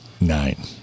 nine